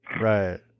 Right